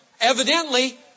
evidently